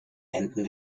enden